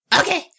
Okay